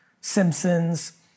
Simpsons